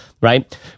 right